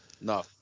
No